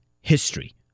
history